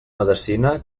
medecina